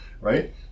right